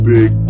Big